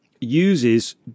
uses